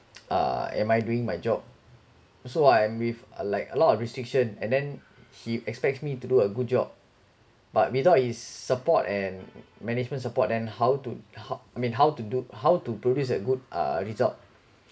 er am I doing my job so I'm with a like a lot of restriction and then he expect me to do a good job but without his support and management support and how to how I mean how to do how to produce a good result